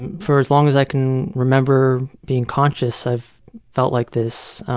and for as long as i can remember being conscious, i've felt like this.